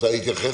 רוצה להתייחס.